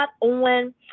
on